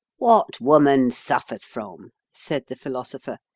what woman suffers from, said the philosopher,